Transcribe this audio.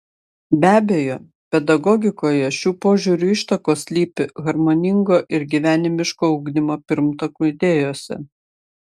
be abejo pedagogikoje šių požiūrių ištakos slypi harmoningo ir gyvenimiško ugdymo pirmtakų idėjose